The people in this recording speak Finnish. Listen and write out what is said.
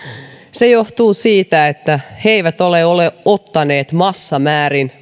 se johtuu siitä että he eivät ole ottaneet massamäärin